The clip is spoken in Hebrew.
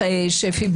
שפי,